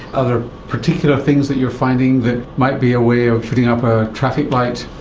are there particular things that you are finding that might be a way of putting up a traffic light?